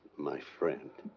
my friend.